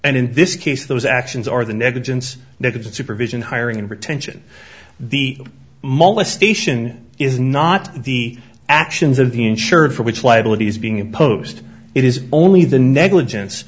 and in this case those actions are the negligence negligence supervision hiring and pretension the molestation is not the actions of the insured for which liability is being imposed it is only the negligence